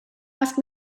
ask